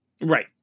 Right